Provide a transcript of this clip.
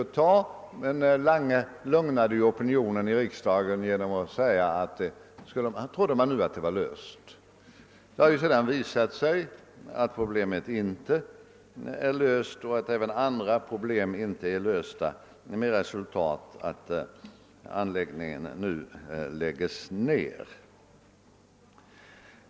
Men herr Lange lugnade riksdagen genom att säga att detta problem nu torde vara löst. Det har sedan visat sig att problemet inte är löst — det gäller även andra centrala problem — med resultatet att anläggningen nu läggs ned.